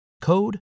code